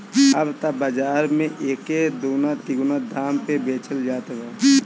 अब त बाज़ार में एके दूना तिगुना दाम पे बेचल जात बा